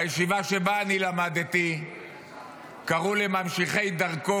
בישיבה שבה אני למדתי קראו לממשיכי דרכו,